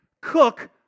cook